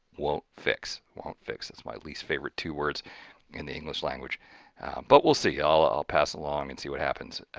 won't fix. won't fix. it's my least favorite two words in the english language but we'll see. i'll ah i'll pass along and see what happens.